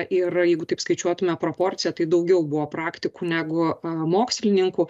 ir jeigu taip skaičiuotume proporciją tai daugiau buvo praktikų negu mokslininkų